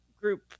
group